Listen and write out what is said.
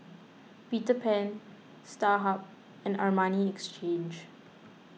Peter Pan Starhub and Armani Exchange